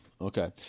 okay